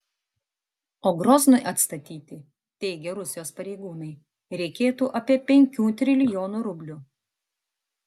o groznui atstatyti teigia rusijos pareigūnai reikėtų apie penkių trilijonų rublių